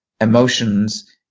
emotions